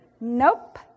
Nope